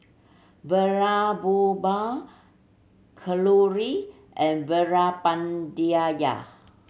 Vallabhbhai Kalluri and Veerapandiya